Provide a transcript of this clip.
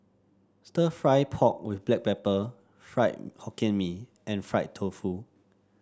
stir fry pork with Black Pepper Fried Hokkien Mee and Fried Tofu